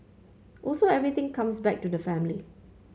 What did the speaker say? also everything comes back to the family